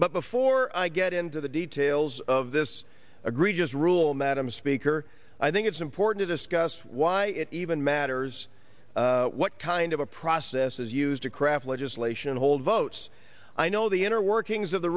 but before i get into the details of this agree just rule madam speaker i think it's important to discuss why it even matters what kind of a process is used to craft legislation and hold votes i know the inner workings of the